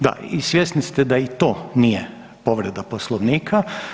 Da, svjesni ste da i to nije povreda poslovnika.